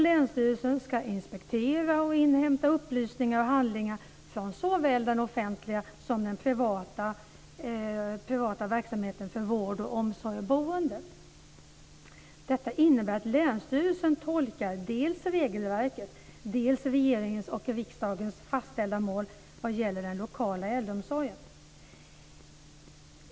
Länsstyrelsen ska inspektera och inhämta upplysningar och handlingar från såväl den offentliga som den privata verksamheten för vård, omsorg och boende. Detta innebär att länsstyrelsen tolkar dels regelverket, dels regeringens och riksdagens fastställda mål vad gäller den lokala äldreomsorgen.